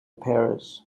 paris